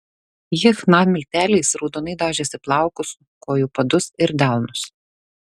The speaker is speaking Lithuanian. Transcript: ji chna milteliais raudonai dažėsi plaukus kojų padus ir delnus